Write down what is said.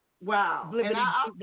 Wow